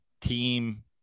team